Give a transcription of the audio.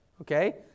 Okay